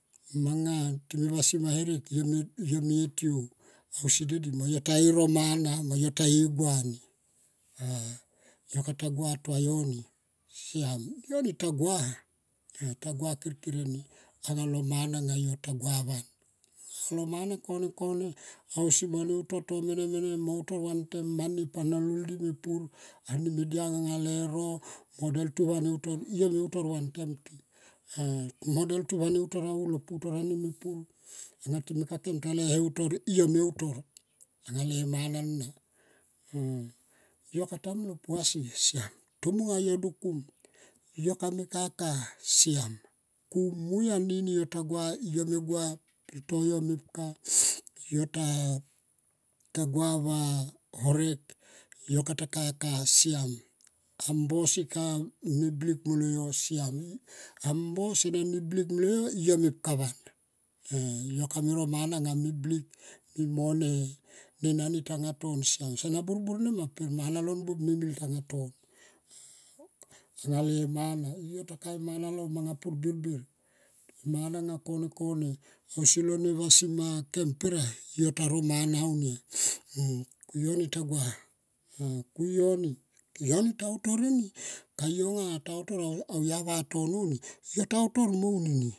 Manga time vasima herek yo me ye tiou anga de di mo yo ta ve ro mana. Yo kata gua tua yo ni slam. Yo ni tagua anga lo moina nga yo ta gua van. Alo mana nga kone ausi mo ne utor to mene mene moutor vantem ni panalol di mepur ani me diang le ro yome utor vantan ti. Mo deltu vane utor alo ne pukani me pur anga ti me kakem tale utor yo me utor ale mana na. Yo kata mlo puka si slam tomung anga yo dukum yo kame kaka slam tomung anga yo dukum yo kame kaka slam mui anini yo ta gua pelto yo mepka yo ta gua va horek. Yo kata kaka slam mbo si ka meblik mene yo slam ambo sene ni blik mene yo. Yo mepka van yo kame ro mana nga meblik. Yo kame ro mana nga meblik mi mo ne nani tanga ton slam sana burbur nema per mana lon buop mi mil tanga ton. Anga le mana yo ta ka e manalo manga pur birbir emana nga kone ausi lo vasima kem per a yo taro mana aunia yo ni ta gua ku yo ni ta utor eni ka yo anga vatono ni yo ta utor aun eni.